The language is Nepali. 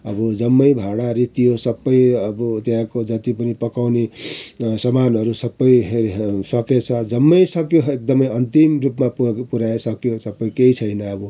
अबजम्मै भाँडा रित्तियो सबै अब त्यहाँको जति पनि पकाउने सामानहरू सबै हेर हे सकिएछ जम्मै सकियो एकदमै अन्तिम रूपमा पुऱ्या पुऱ्याए सकियो सबै केही छैन अब